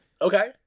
Okay